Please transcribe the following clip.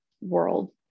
world